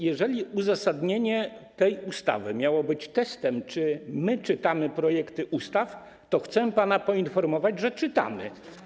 Jeżeli uzasadnienie tej ustawy miało być testem, czy czytamy projekty ustaw, to chcę pana poinformować, że czytamy.